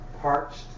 parched